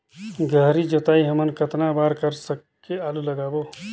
गहरी जोताई हमन कतना बार कर के आलू लगाबो?